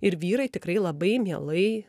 ir vyrai tikrai labai mielai